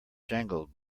jangled